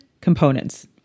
components